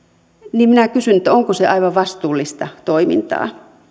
niin minä kysyn onko se aivan vastuullista toimintaa